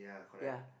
ya